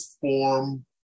form